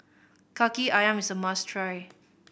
Kaki Ayam is a must try